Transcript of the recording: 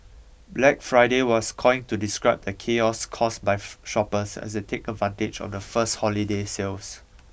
Black Friday was coined to describe the chaos caused by shoppers as they take advantage of the first holiday sales